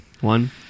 One